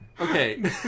Okay